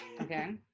Okay